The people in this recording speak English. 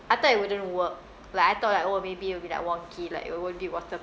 I thought it wouldn't work like I thought that oh maybe it will be like wonky like it won't be waterproof